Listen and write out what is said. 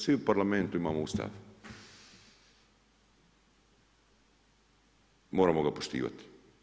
Svi u parlamentu imamo Ustav i moramo ga poštivati.